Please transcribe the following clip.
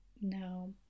No